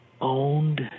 owned